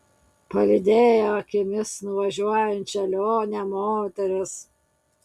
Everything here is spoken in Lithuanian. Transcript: palydėjo akimis nuvažiuojančią lionę moteris